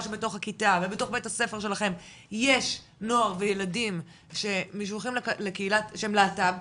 שבתוך הכיתה ובתוך בית הספר שלכם יש נוער וילדים שהם להט"ב,